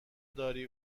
داری